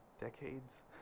decades